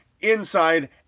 inside